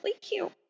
cute